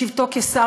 בשבתו כשר,